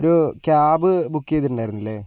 ഒരു cab book ചെയ്തിട്ടുണ്ടായിരുന്നില്ലേ